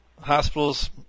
hospitals